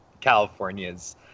California's